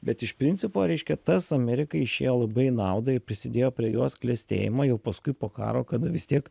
bet iš principo reiškia tas amerikai išėjo labai į naudą ir prisidėjo prie jos klestėjimo jau paskui po karo kada vis tiek